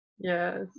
Yes